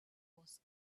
was